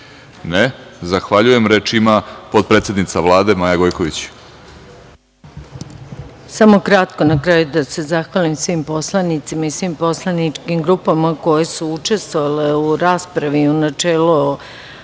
(Ne)Zahvaljujem. Reč ima potpredsednica Vlade, Maja Gojković. **Maja Gojković** Samo kratko. Na kraju da se zahvalim svim poslanicima i svim poslaničkim grupama koje su učestvovale u raspravi u načelu